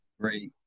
Great